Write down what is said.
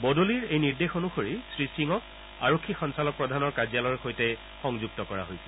বদলিৰ এই নিৰ্দেশ অনুসৰি শ্ৰীসিঙক আৰক্ষী সঞ্চালকপ্ৰধানৰ কাৰ্যালয়ৰ সৈতে সংযুক্ত কৰা হৈছে